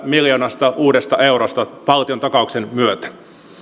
miljoonasta uudesta eurosta valtiontakauksen myötä